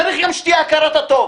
צריך גם שתהיה הכרת הטוב.